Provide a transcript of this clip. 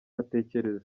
atekereza